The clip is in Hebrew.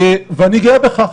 ואני גאה בכך.